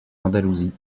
andalousie